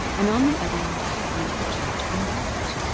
and on the other you have a view of the church and village,